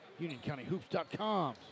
UnionCountyHoops.com